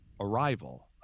arrival